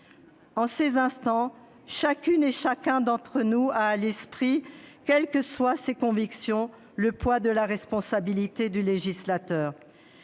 En ces instants, chacune et chacun d'entre nous a à l'esprit, quelles que soient ses convictions, le poids de la responsabilité du législateur.